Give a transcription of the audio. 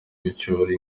gucyura